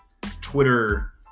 Twitter